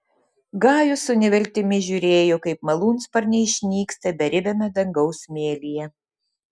gajus su neviltimi žiūrėjo kaip malūnsparniai išnyksta beribiame dangaus mėlyje